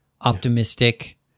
optimistic